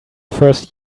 first